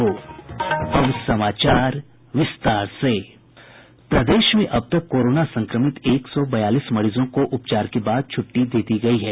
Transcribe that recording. प्रदेश में अब तक कोरोना संक्रमित एक सौ बयालीस मरीजों को उपचार के बाद छुट्टी दे दी गयी है